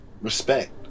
respect